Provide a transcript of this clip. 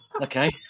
okay